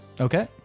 Okay